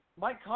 Mike